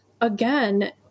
again